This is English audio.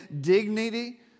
dignity